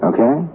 Okay